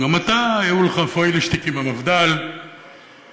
גם אתה היו לך פוילעשטיקים עם המפד"ל וגזרת